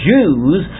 Jews